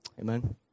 Amen